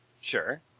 Sure